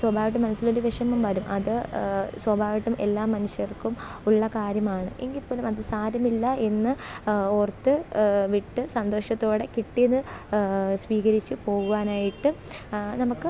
സ്വാഭാവികമായിട്ടും മനസ്സിലൊര് വിഷമം വരും അത് സ്വാഭാവികമായിട്ടും എല്ലാ മനുഷ്യര്ക്കും ഉള്ള കാര്യമാണ് എങ്കിൽ പോലും അത് സാരമില്ല എന്ന് ഓര്ത്ത് വിട്ട് സന്തോഷത്തോടെ കിട്ടിയത് സ്വീകരിച്ച് പോകുവാനായിട്ട് നമുക്ക്